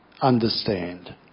understand